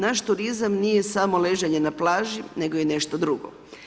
Naš turizam nije samo ležanje na plaži nego i nešto drugo.